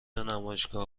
نمایشگاه